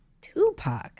Tupac